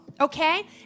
okay